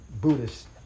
Buddhist